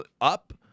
up